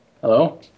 Hello